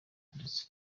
ndetse